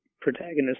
protagonist